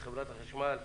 לחברת החשמל,